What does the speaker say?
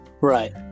right